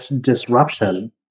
disruption